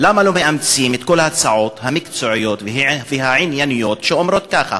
למה לא מאמצים את כל ההצעות המקצועיות והענייניות שאומרות ככה: